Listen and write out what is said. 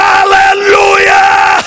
Hallelujah